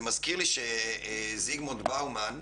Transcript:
זה מזכיר לי שזיגמונד באומן,